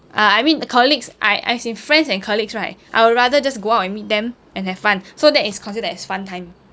ah I mean colleagues I as in friends and colleagues right I would rather just go out and meet them and have fun so that is considered as fun time